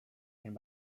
came